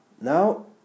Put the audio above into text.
now